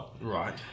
Right